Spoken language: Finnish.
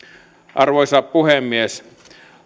arvoisa puhemies